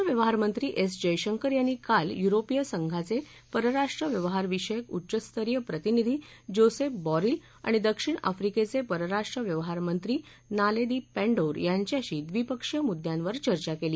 परराष्ट्र व्यवहार मंत्री एस जयशंकर यांनी काल युरोपीय संघाचे परराष्ट्र व्यवहार विषयक उच्चस्तरीय प्रतिनिधी जोसेप बॉरिल आणि दक्षिण आफ्रिकेये परराष्ट्र व्यवहार मंत्री नालेदी पँडोर यांच्याशी द्विपक्षीय मुद्द्यांवर चर्चा केली